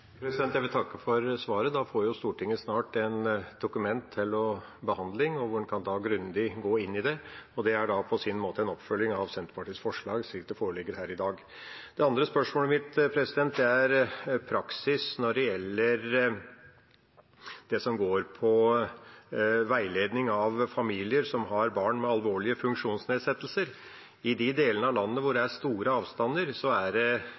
Jeg vil takke for svaret. Da får Stortinget snart et dokument til behandling, slik at man kan gå grundig inn i det. Det er på sin måte en oppfølging av Senterpartiets forslag, slik det foreligger her i dag. Det andre spørsmålet mitt gjelder praksis i forbindelse med veiledning av familier som har barn med alvorlige funksjonsnedsettelser. I de delene av landet der det er store avstander, er det